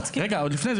עוד לפני כן,